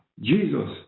Jesus